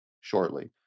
shortly